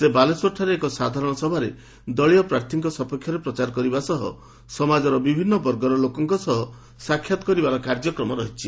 ସେ ବାଲେଶ୍ୱରଠାରେ ଏକ ସାଧାରଣ ସଭାରେ ଦଳୀୟ ପ୍ରାର୍ଥୀଙ୍କ ସପକ୍ଷରେ ପ୍ରଚାର କରିବା ସହ ସମାଜର ବିଭିନୁ ବର୍ଗର ଲୋକଙ୍କ ସହ ସାକ୍ଷାତ କରିବାର କାର୍ଯ୍ୟକ୍ରମ ରହିଛି